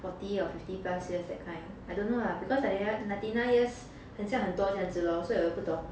forty or fifty plus years that kind I don't know lah because ninety nine ninety nine years just 很像很多这样子 lor 所有我也不懂